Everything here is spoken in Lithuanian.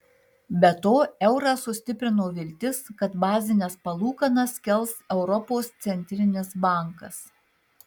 be to eurą sustiprino viltis kad bazines palūkanas kels europos centrinis bankas